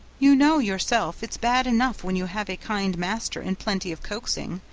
you know yourself it's bad enough when you have a kind master and plenty of coaxing,